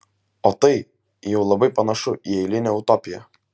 o tai jau labai panašu į eilinę utopiją